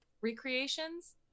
recreations